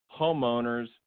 homeowner's